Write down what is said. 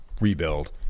rebuild